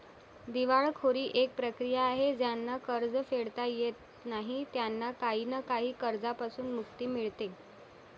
दिवाळखोरी एक प्रक्रिया आहे ज्यांना कर्ज फेडता येत नाही त्यांना काही ना काही कर्जांपासून मुक्ती मिडते